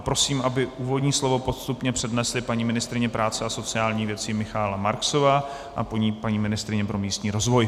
Prosím, aby úvodní slovo postupně přednesly paní ministryně práce a sociálních věcí Michaela Marksová a po ní paní ministryně pro místní rozvoj.